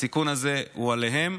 הסיכון הזה הוא עליהם.